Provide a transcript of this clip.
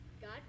God